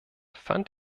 fand